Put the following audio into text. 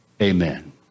Amen